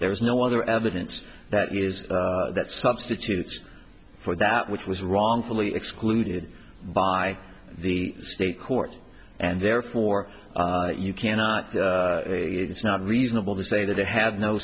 there was no other evidence that is that substitute for that which was wrongfully excluded by the state court and therefore you cannot it's not reasonable to say that they have no